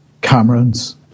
Camerons